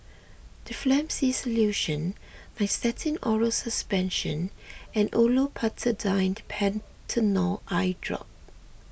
Difflam C Solution Nystatin Oral Suspension and Olopatadine Patanol Eyedrop